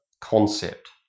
concept